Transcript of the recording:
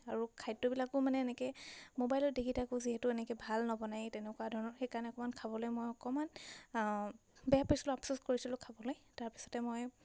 আৰু খাদ্যবিলাকো মানে এনেকৈ মোবাইলত দেখি থাকোঁ যিহেতু এনেকৈ ভাল নবনায়েই তেনেকুৱা ধৰণৰ সেইকাৰণে অকণমান খাবলৈ মই অকণমান বেয়া পাইছিলোঁ আপচোচ কৰিছিলোঁ খাবলৈ তাৰপিছতে মই